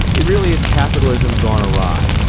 it really is capitalism gone awry.